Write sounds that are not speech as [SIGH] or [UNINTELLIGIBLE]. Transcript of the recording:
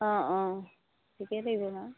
অঁ অঁ ঠিকেই লাগিব [UNINTELLIGIBLE]